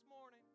morning